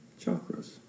chakras